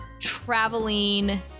traveling